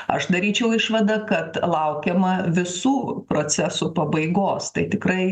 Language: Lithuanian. aš daryčiau išvadą kad laukiama visų proceso pabaigos tai tikrai